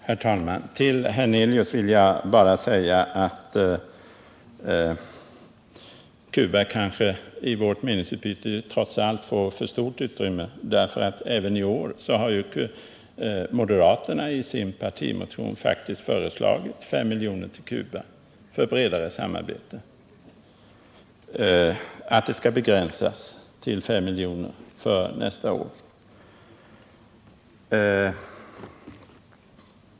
Herr talman! Till Allan Hernelius vill jag bara säga att Cuba kanske trots allt får för stort utrymme i vårt meningsutbyte. I sak är skillnaden inte så stor. Moderaterna har själva i en partimotion i år faktiskt föreslagit 5 milj.kr. till Cuba för bredare samarbete — man har begärt att beloppet skall begränsas till 5 miljoner för nästa år.